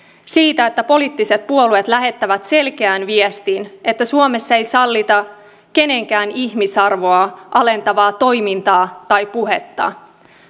siitä että poliittiset puolueet lähettävät selkeän viestin että suomessa ei sallita kenenkään ihmisarvoa alentavaa toimintaa tai puhetta